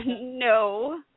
no